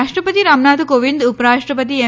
રાષ્ટ્રપતિ રામનાથ કોવિંદ ઉપરાષ્ટ્રપતિ એમ